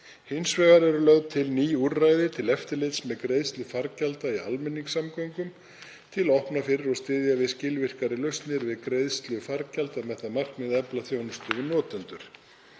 Hins vegar eru lögð til ný úrræði til eftirlits með greiðslu fargjalda í almenningssamgöngum til að opna fyrir og styðja við skilvirkari lausnir við greiðslu fargjalda með það að markmiði að efla þjónustu við notendur.